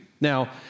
Now